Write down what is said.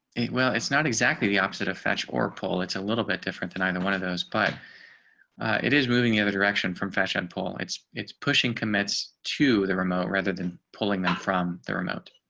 it. well, it's not exactly the opposite of fetch or pole. it's a little bit different than either one of those, but it is moving the other direction from fashion pole, it's it's pushing commits to the remote rather than pulling them from the remote.